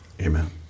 Amen